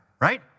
right